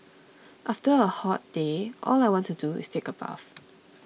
after a hot day all I want to do is take a bath